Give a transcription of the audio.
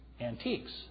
antiques